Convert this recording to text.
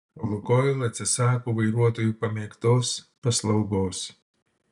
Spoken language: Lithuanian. lukoil atsisako vairuotojų pamėgtos paslaugos